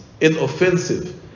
inoffensive